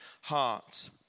heart